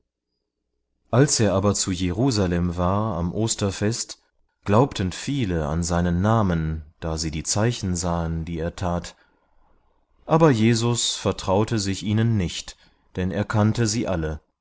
als er aber zu jerusalem war am osterfest glaubten viele an seinen namen da sie die zeichen sahen die er tat aber jesus vertraute sich ihnen nicht denn er kannte sie alle